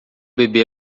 bebê